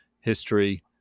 history